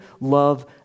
love